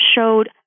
showed